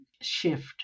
shift